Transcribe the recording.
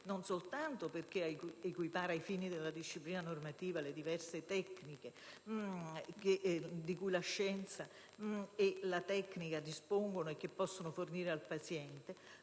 non soltanto perché equipara ai fini della disciplina normativa le diverse tecniche di cui la scienza e la tecnica dispongono e che possono fornire al paziente,